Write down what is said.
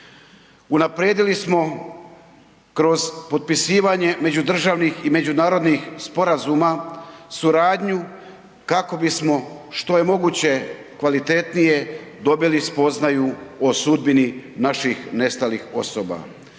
Unaprijedili smo kroz potpisivanje međudržavnih i međunarodnih sporazuma suradnju kako bismo što je moguće kvalitetnije dobili spoznaju o sudbini naših nestalih osoba.